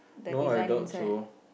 no I doubt so